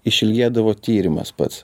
išliedavo tyrimas pats